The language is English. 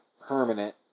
permanent